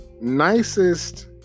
nicest